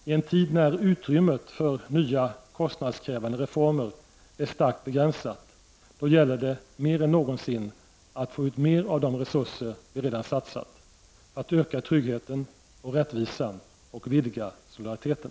I en tid när utrymmet för nya kostnadskrävande reformer är starkt begränsat, då gäller det mer än någonting att få ut mer av de resurser vi redan satsat — för att öka tryggheten och rättvisan och vidga solidariteten.